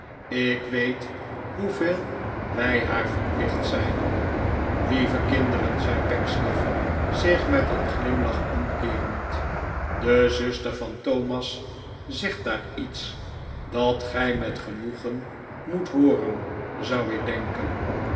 ik weet hoeveel wij haar verplicht zijn lieve kinderen zei pecksniff zich met een glimlach omkteerend de zuster van thomas zegt daar iets dat gij met genoegen moet hooren zou ik denken